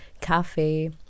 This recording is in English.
cafe